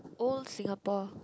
old Singapore